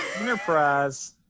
Enterprise